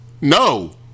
no